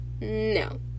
No